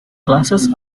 classes